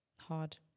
hard